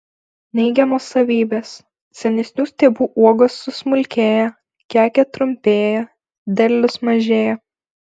neigiamos savybės senesnių stiebų uogos susmulkėja kekė trumpėja derlius mažėja